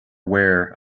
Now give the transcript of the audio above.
aware